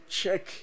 check